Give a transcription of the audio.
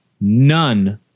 none